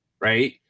right